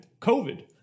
COVID